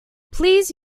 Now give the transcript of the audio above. please